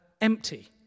empty